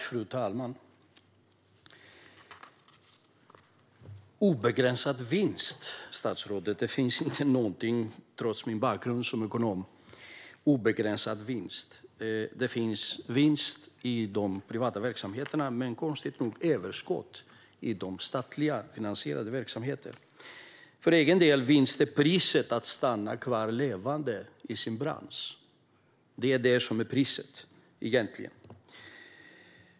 Fru talman! Det finns inte något som heter obegränsad vinst, statsrådet - trots min bakgrund som ekonom. Det finns vinst i de privata verksamheterna men konstigt nog överskott i de statligt finansierade verksamheterna. För egen del är vinst priset att stanna kvar levande i sin bransch.